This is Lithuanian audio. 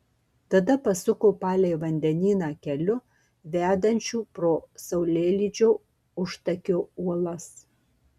tada pasuko palei vandenyną keliu vedančiu pro saulėlydžio užtakio uolas